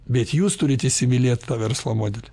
bet jūs turit įsimylėt tą verslo modelį